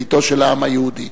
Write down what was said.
ביתו של העם היהודי.